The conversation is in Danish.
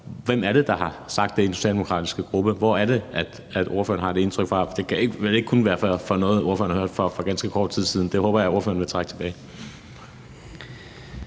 Hvem er det, der har sagt det i den socialdemokratiske gruppe? Hvor har ordføreren det indtryk fra? Det kan vel ikke kun være fra noget, ordføreren har hørt for ganske kort tid siden. Det håber jeg ordføreren vil trække tilbage.